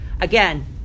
Again